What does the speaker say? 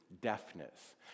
deafness